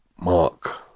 Mark